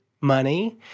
money